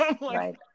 Right